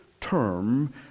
term